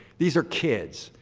these are kids,